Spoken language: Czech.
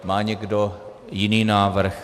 Má někdo jiný návrh?